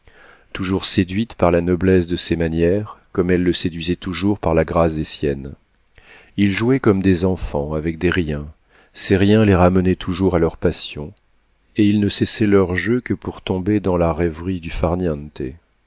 toujours séduite par la noblesse de ses manières comme elle le séduisait toujours par la grâce des siennes ils jouaient comme des enfants avec des riens ces riens les ramenaient toujours à leur passion et ils ne cessaient leurs jeux que pour tomber dans la rêverie du